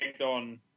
on